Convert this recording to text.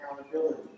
accountability